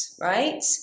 right